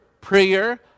prayer